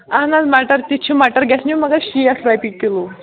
اَہَن حظ مَٹر تہِ چھُ مَگر گژھنے مَگر شیٹھ رۄپیہِ کِلوٗ